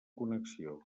connexió